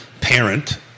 parent